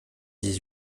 dix